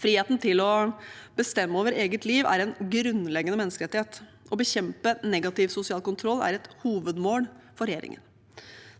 Friheten til å bestemme over eget liv er en grunnleggende menneskerettighet. Å bekjempe negativ sosial kontroll er et hovedmål for regjeringen.